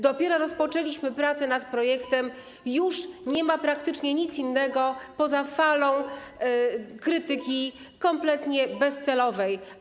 Dopiero rozpoczęliśmy pracę nad projektem, a już nie ma praktycznie nic innego poza falą krytyki kompletnie bezcelowej.